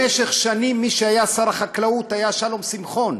במשך שנים שר החקלאות היה שלום שמחון,